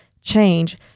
change